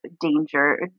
danger